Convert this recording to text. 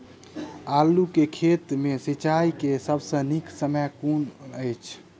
आलु केँ खेत मे सिंचाई केँ सबसँ नीक समय कुन अछि?